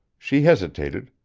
she hesitated,